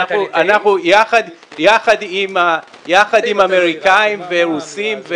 אנחנו יחד עם האמריקאים והרוסים,